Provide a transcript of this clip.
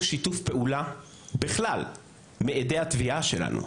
שיתוף פעולה בכלל מעדי התביעה שלנו,